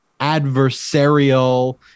adversarial